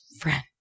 friend